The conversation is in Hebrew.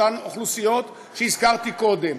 אותן אוכלוסיות שהזכרתי קודם.